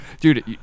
Dude